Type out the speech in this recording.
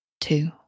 two